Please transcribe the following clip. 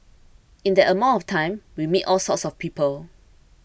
in that amount of time we meet all sorts of people